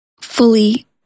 fully